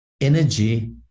energy